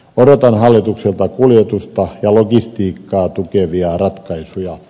odotan hallitukselta kuljetusta ja logistiikkaa tukevia ratkaisuja